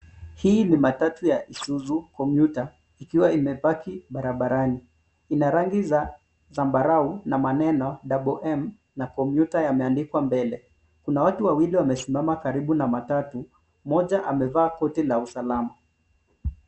Hii ni matatu ya Isuzu Commuter ikiwa imepaki barabarani. Ina rangi za zambarau na maneneo double M na Commuter imeandikwa mbele. Kuna watu wawili wamesimama karibu na matatu, mmoja amevaa koti la usalama.